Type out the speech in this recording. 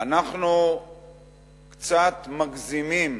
אנחנו קצת מגזימים,